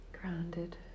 grounded